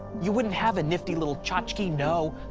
you wouldn't have a nifty little tchotchke, no!